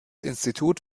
institut